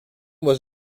was